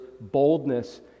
boldness